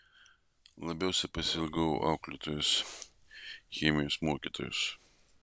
labiausiai pasiilgau auklėtojos chemijos mokytojos